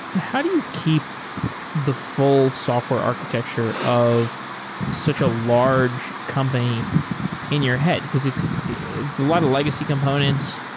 how do you keep the full software architecture of such a large company in your head? because it's it's a lot of legacy components.